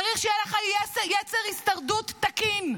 צריך שיהיה לך יצר הישרדות תקין,